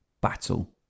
Battle